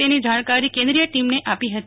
તેની જાણકારી કેન્દ્રીય ટીમને આપી હતી